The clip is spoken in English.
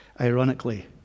ironically